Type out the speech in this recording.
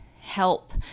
help